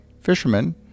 Fishermen